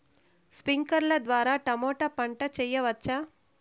స్ప్రింక్లర్లు ద్వారా టమోటా పంట చేయవచ్చా?